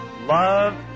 Love